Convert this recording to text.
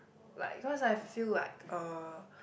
like cause I feel like uh